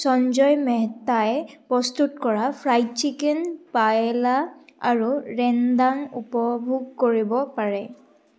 সঞ্জয় মেহতাই প্ৰস্তুত কৰা ফ্ৰাইড চিকেন পায়েলা আৰু ৰেণ্ডাং উপভোগ কৰিব পাৰে